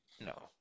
No